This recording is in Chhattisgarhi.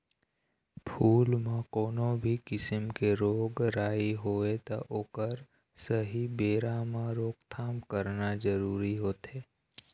फूल म कोनो भी किसम के रोग राई होगे त ओखर सहीं बेरा म रोकथाम करना जरूरी होथे